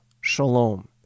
Shalom